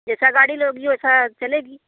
जैसी गाड़ी लोगी वैसी चलेगी